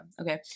Okay